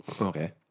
Okay